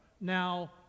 now